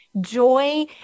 joy